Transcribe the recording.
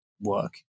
work